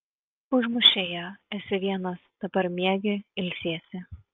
užmušei ją esi vienas dabar miegi ilsiesi